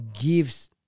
gives